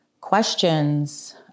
questions